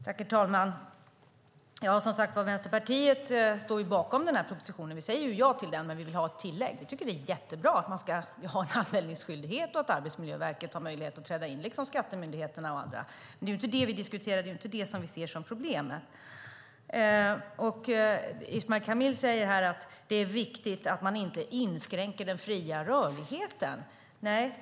Herr talman! Vänsterpartiet står som sagt bakom propositionen. Vi säger ja till den, men vi vill ha ett tillägg. Vi tycker att det är jättebra med anmälningsskyldighet och att Arbetsmiljöverket, liksom Skatteverket och andra, har möjlighet att träda in. Det är inte det vi ser som problem. Ismail Kamil säger att det är viktigt att inte inskränka den fria rörligheten.